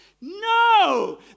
No